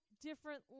different